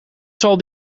zal